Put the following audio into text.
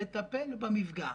לטפל במפגע.